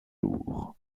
jour